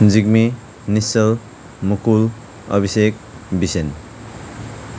Jigmi Nischal Mukul Abhishek Bisen